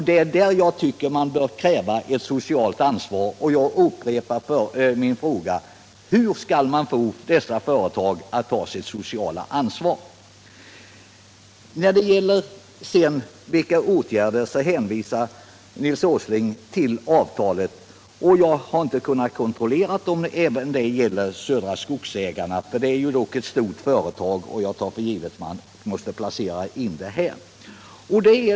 Det är därför jag tycker man bör kräva ett socialt ansvar, och jag upprepar min fråga: Hur kan man få dessa företag att ta sitt sociala ansvar? När det gäller åtgärder nänvisar Nils Åsling till avtalet. Jag har inte kunnat kontrollera om det gäller även Södra Skogsägarna, eftersom det dock är ett stort företag. Jag tar för givet att han måste placera in det här.